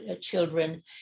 children